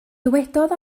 dywedodd